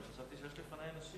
אנחנו מתנצלים בפניך,